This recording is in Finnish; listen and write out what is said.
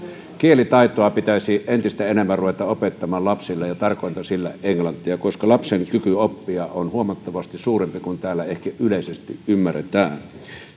kielitaitoa pitäisi entistä enemmän ruveta opettamaan lapsille ja ja tarkoitan sillä englantia koska lapsen kyky oppia on huomattavasti suurempi kuin täällä ehkä yleisesti ymmärretään